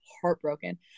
heartbroken